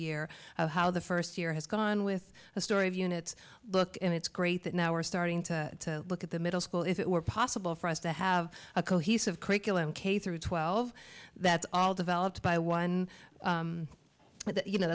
year how the first year has gone with a story of units look and it's great that now we're starting to look at the middle school if it were possible for us to have a cohesive curriculum k through twelve that's all developed by one that you know